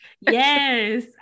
yes